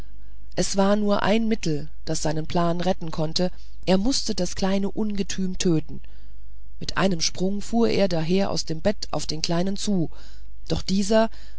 es war nur ein mittel das seinen plan retten konnte er mußte das kleine ungetüm töten mit einem sprung fuhr er daher aus dem bett auf den kleinen zu doch dieser